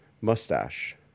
Mustache